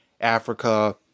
Africa